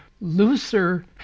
looser